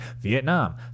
Vietnam